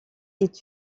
est